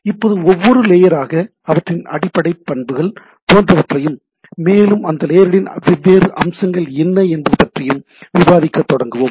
இப்போது ஒவ்வொரு லேயராக அவற்றின் அடிப்படை பண்புகள் போன்றவற்றையும் மேலும் அந்த லேயர்களின் வெவ்வேறு அம்சங்கள் என்ன என்பது பற்றியும் விவாதிக்கத் தொடங்குவோம்